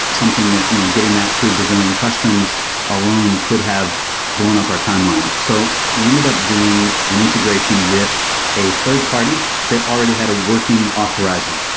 something that getting that through brazilian customs alone could have blown up our timeline. so we ended up doing an integration with a third-party that already had a working authorizer,